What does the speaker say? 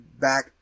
back